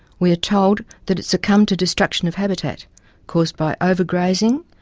we are told that it succumbed to destruction of habitat caused by overgrazing,